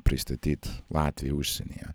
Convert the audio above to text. pristatyt latviją užsienyje